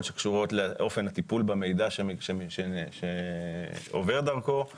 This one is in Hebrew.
שקשורות לאופן הטיפול במידע שעובר דרכו.